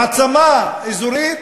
מעצמה אזורית,